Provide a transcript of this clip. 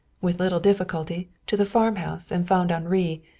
with little difficulty, to the farmhouse, and found henri,